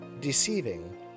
deceiving